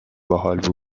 باحال